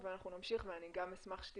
מסיים,